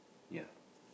ya